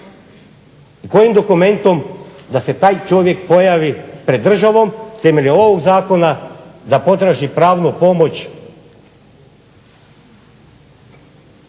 Kojim dokumentom da se taj čovjek pojavi pred državom temeljem ovog zakona da potraži pravnu pomoć?